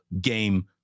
game